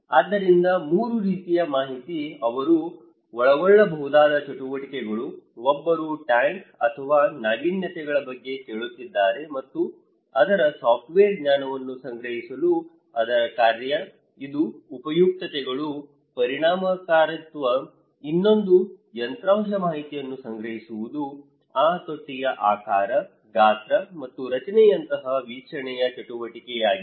ಆದ್ದರಿಂದ 3 ರೀತಿಯ ಮಾಹಿತಿ ಅವರು ಒಳಗೊಳ್ಳಬಹುದಾದ ಚಟುವಟಿಕೆಗಳು ಒಬ್ಬರು ಟ್ಯಾಂಕ್ ಅಥವಾ ನಾವೀನ್ಯತೆಗಳ ಬಗ್ಗೆ ಕೇಳುತ್ತಿದ್ದಾರೆ ಮತ್ತು ಅದರ ಸಾಫ್ಟ್ವೇರ್ ಜ್ಞಾನವನ್ನು ಸಂಗ್ರಹಿಸಲು ಅದರ ಕಾರ್ಯ ಇದು ಉಪಯುಕ್ತತೆಗಳು ಪರಿಣಾಮಕಾರಿತ್ವ ಇನ್ನೊಂದು ಯಂತ್ರಾಂಶ ಮಾಹಿತಿಯನ್ನು ಸಂಗ್ರಹಿಸುವುದು ಆ ತೊಟ್ಟಿಯ ಆಕಾರ ಗಾತ್ರ ಮತ್ತು ರಚನೆಯಂತಹ ವೀಕ್ಷಣೆಯ ಚಟುವಟಿಕೆಯಾಗಿದೆ